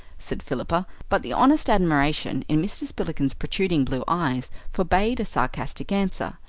said philippa, but the honest admiration in mr. spillikin's protruding blue eyes forbade a sarcastic answer.